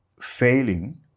failing